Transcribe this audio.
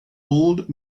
old